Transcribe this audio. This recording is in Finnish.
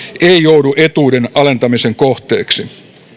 ei joudu etuuden alentamisen kohteeksi